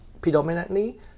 predominantly